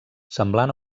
semblant